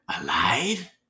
alive